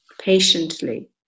patiently